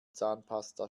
zahnpasta